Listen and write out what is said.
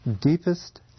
deepest